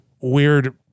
weird